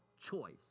choice